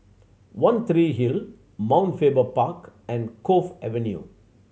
One Tree Hill Mount Faber Park and Cove Avenue